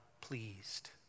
pleased